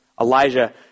Elijah